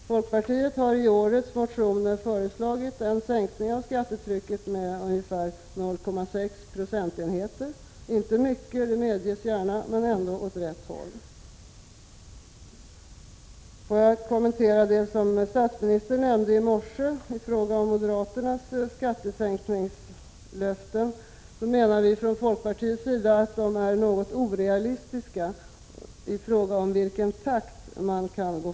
Folkpartiet har i årets motioner föreslagit en sänkning av skattetrycket med 0,6 procentenheter — inte mycket, det medges, men ändå åt rätt håll. Jag vill också kommentera det som statsministern nämnde i morse i fråga om moderaternas skattesänkningslöfte. Vi menar från folkpartiet att den takt i vilken man vill gå fram är något orealistisk.